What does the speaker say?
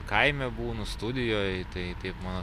kaime būnu studijoj tai taip mano